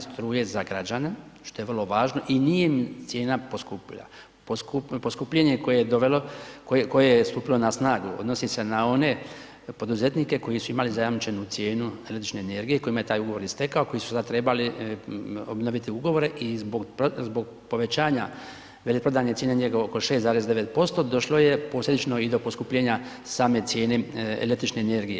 struje za građane, što je vrlo važno i nije im cijena poskupila, poskupljenje koje je dovelo, koje je stupilo na snagu odnosni se na one poduzetnike koji su imali zajamčenu cijenu električne energije kojima je taj ugovor istekao, koji su sad trebali obnoviti ugovore i zbog povećanja veleprodajne cijene negdje oko 6,9% došlo je posljedično i do poskupljenja same cijene električne energije.